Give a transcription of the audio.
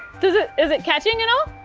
is it is it catching at all?